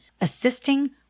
assisting